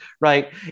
right